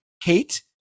kate